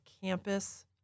campus